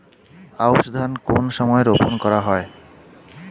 আউশ ধান কোন সময়ে রোপন করা হয়?